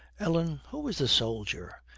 ellen, who is the soldier?